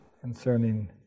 concerning